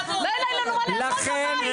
לא יהיה לנו מה לאכול בבית.